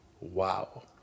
Wow